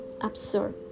absurd